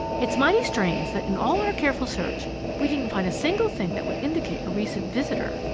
it's mighty strange that in all our careful search we didn't find a single thing that would indicate a recent visitor,